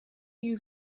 you